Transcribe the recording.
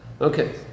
Okay